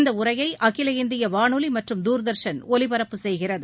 இந்த உரையை அகில இந்திய வானொலி மற்றும் தூர்தர்ஷன் ஒலிபரப்பு செய்கிறது